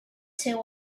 two